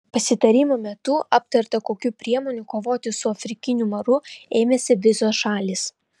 pasitarimo metu aptarta kokių priemonių kovoti su afrikiniu maru ėmėsi visos šalys